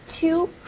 two